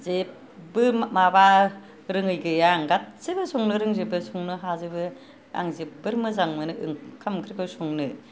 जेबो माबा रोङै गैया आं गासिबो संनो रोंजोबो संनो हाजोबो आं जोबोद मोजां मोनो ओंखाम ओंख्रिखौ संनो